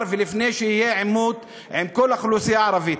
ולפני שיהיה עימות עם כל האוכלוסייה הערבית.